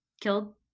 killed